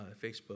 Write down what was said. Facebook